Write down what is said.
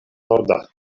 norda